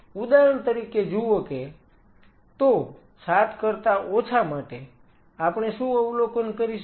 ઉદાહરણ તરીકે જુઓ કે તો 7 કરતા ઓછા માટે આપણે શું અવલોકન કરીશું